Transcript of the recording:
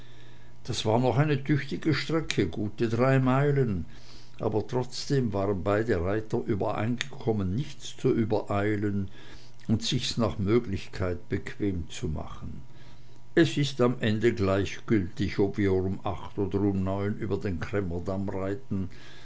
das war noch eine tüchtige strecke gute drei meilen aber trotzdem waren beide reiter übereingekommen nichts zu übereilen und sich's nach möglichkeit bequem zu machen es ist am ende gleichgültig ob wir um acht oder um neun über den cremmer damm reiten